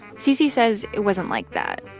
cc says it wasn't like that.